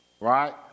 Right